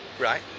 Right